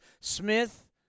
Smith